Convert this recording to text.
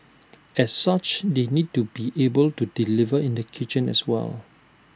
as such they need to be able to deliver in the kitchen as well